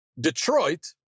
Detroit